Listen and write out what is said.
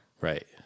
right